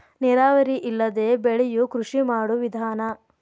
ನೇರಾವರಿ ಇಲ್ಲದೆ ಬೆಳಿಯು ಕೃಷಿ ಮಾಡು ವಿಧಾನಾ